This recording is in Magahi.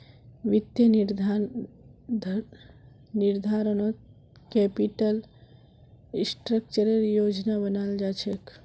वित्तीय निर्धारणत कैपिटल स्ट्रक्चरेर योजना बनाल जा छेक